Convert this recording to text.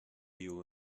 you